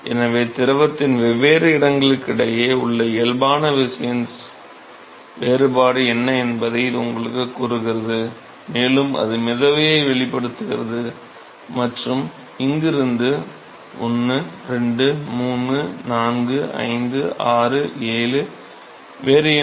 எனவே திரவத்தின் வெவ்வேறு இடங்களுக்கிடையே உள்ள இயல்பான விசையின் வேறுபாடு என்ன என்பதை இது உங்களுக்குக் கூறுகிறது மேலும் அது மிதவையை வெளிப்படுத்துகிறது மற்றும் இங்கிருந்து 1 2 3 4 5 6 7 வேறு என்ன